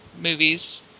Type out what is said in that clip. movies